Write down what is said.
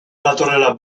datorrela